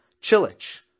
Chilich